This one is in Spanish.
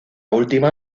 última